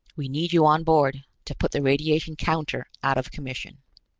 we need you on board, to put the radiation counter out of commission.